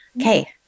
Okay